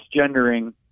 misgendering